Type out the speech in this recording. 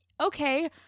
okay